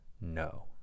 No